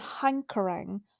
hankering